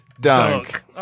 Dunk